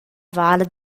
vala